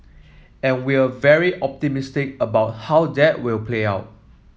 and we're very optimistic about how that will play out